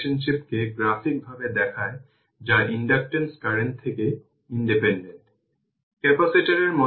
সুতরাং আমি এখানে এটি করেছি vx 1515